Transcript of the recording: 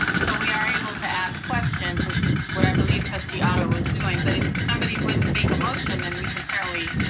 so we are able to ask questions, which is what i believe trustee otto was doing. but if somebody would make a motion, then we can certainly.